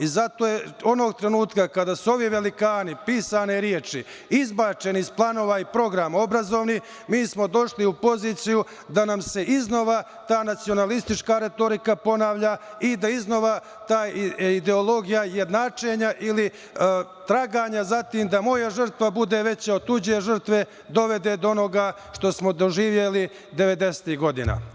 Onog trenutka kada su ovi velikani, pisane reči izbačeni iz planova i programa obrazovnih, mi smo došli u poziciju da nam se iznova ta nacionalistička retorika ponavlja i da iznova ta ideologija jednačenja ili traganja za time, da moja žrtva bude veća od tuđe žrtve, dovede do onoga što smo doživeli devedesetih godina.